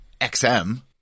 XM